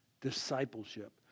Discipleship